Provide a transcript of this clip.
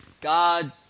God